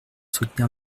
soutenir